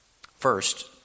First